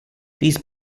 these